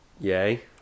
yay